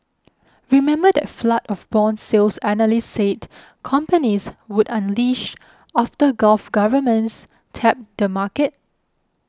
remember that flood of bond sales analysts said companies would unleash after Gulf governments tapped the market